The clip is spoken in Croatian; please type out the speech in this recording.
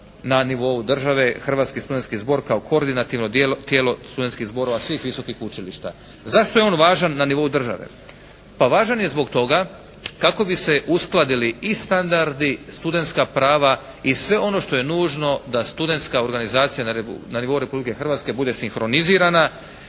na nivou države Hrvatski studentski zbor kao koordinativno tijelo studentskih zborova svih visokih učilišta. Zašto je on važan na nivou države? Pa važan je zbog toga kako bi se uskladili i standardi, studentska prava i sve ono što je nužno da studentska organizacija na nivou Republike Hrvatske bude sinhronizirana,